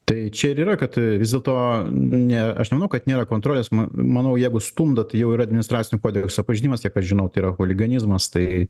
tai čia ir yra kad vis dėlto ne aš nemanau kad nėra kontrolės ma manau jeigu stumdo tai jau yra administracinio kodekso pažeidimas kiek aš žinau tai yra chuliganizmas tai